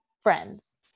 friends